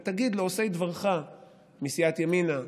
ותגיד לעושי דברך מסייעת ימינה,